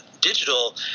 digital